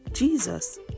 Jesus